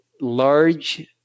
large